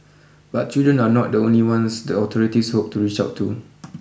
but children are not the only ones the authorities hope to reach out to